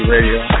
Radio